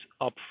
up